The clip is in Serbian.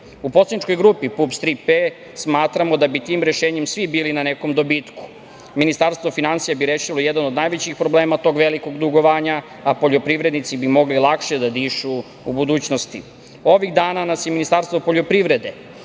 poslaničkog grupi PUPS- „Tri P“ smatramo da bi tim rešenjem svi bili na nekom dobitku. Ministarstvo finansija bi rešilo jedan od najvećih problema tog velikog dugovanja, a poljoprivrednici bi mogli lakše da dišu u budućnosti. Ovih dana nas i Ministarstvo poljoprivrede